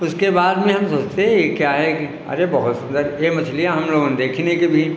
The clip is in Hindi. उसके बाद में हम सोचते यह क्या है कि अरे बहुत सुन्दर यह मछलियाँ हम लोगों ने देखी नहीं कभी